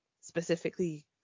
specifically